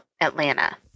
Atlanta